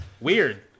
Weird